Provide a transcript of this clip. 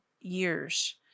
years